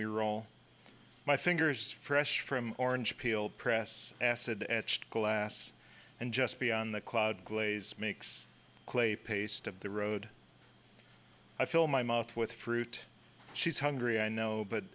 we're all my fingers fresh from orange peel press acid at last and just beyond the cloud glaze makes a clay paste of the road i fill my mouth with fruit she's hungry i know but